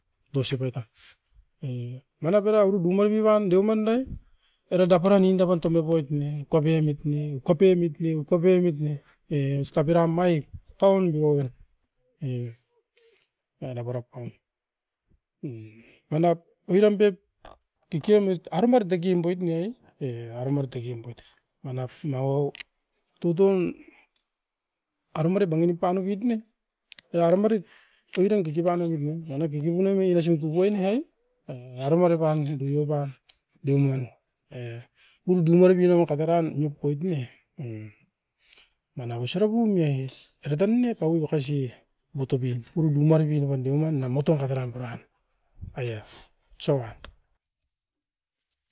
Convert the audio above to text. Dosipaita e manap era urubumabiban deoman dae era dapara ninda bantomepoit ne. Kopiemut ne, u kopiemut ne e stapera omait paunduo e daura bara pan, manap oiran pep kikion oit aremar takiamboit ne ai, e aremar takiamboit manap nau tutun arumare bonginip panopit ne era raumarit oiran kekepan niomit ne, manap kikipunomi erasin tupuenoi a ngarimari pan tutuio pan diaunian e. Urudu moribinama kateraun nimpoit ne mm, mana wasarapum ne era tan ne tau makasi botubin, urudu maripin wan deuman na moton kateran puran, aia otsa wan.